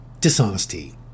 Dishonesty